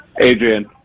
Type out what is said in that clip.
Adrian